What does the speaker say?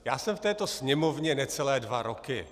Já jsem v této Sněmovně necelé dva roky.